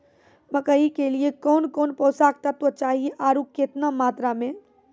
मकई के लिए कौन कौन पोसक तत्व चाहिए आरु केतना मात्रा मे?